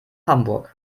hamburg